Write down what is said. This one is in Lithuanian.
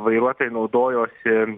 vairuotojai naudojosi